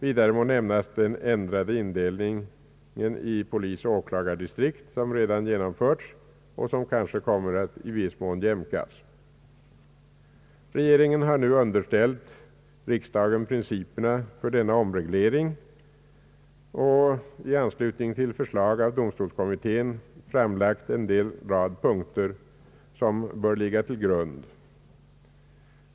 Vidare må nämnas den ändrade indelning i polisoch åklagardistrikt, som redan genomförts och som kanske kommer att i viss mån jämkas. Regeringen har nu underställt riksdagen principerna för denna omreglering och, i anslutning till förslag av domstolskommittén, framlagt en rad synpunkter som bör ligga till grund för regleringen.